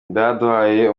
byaduhaye